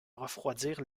refroidir